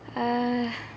uh